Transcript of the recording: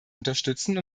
unterstützen